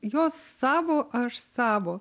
jos savo aš savo